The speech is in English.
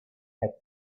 had